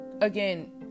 again